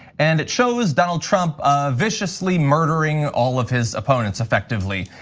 and it shows donald trump ah viciously murdering all of his opponents effectively.